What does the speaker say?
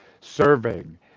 serving